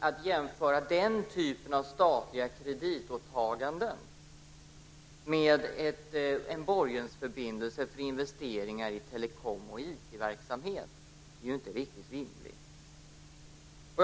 Att jämföra den typen av statliga kreditåtaganden med en borgensförbindelse för investeringar i telekom och IT-verksamhet är inte riktigt rimligt.